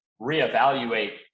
reevaluate